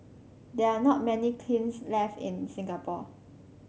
there are not many kilns left in Singapore